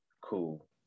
cool